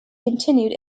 continued